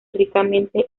ricamente